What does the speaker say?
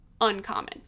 uncommon